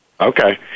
Okay